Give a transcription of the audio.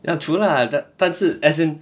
ya true lah 但但是 as in